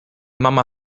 mama